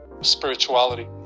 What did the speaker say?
spirituality